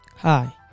Hi